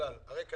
יותר.